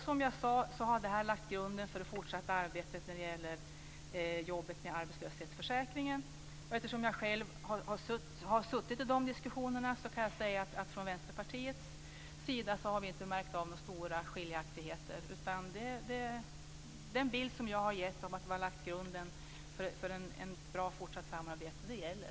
Som jag sade har detta lagt grunden för det fortsatta arbetet med arbetslöshetsförsäkringen. Eftersom jag själv har deltagit i dessa diskussioner kan jag säga att vi från Vänsterpartiets sida inte märkt några stora skiljaktigheter, utan den bild som jag har gett och som lagt grunden för ett bra fortsatt samarbete gäller.